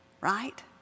right